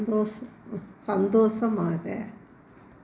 சந்தோஷ சந்தோஷமாக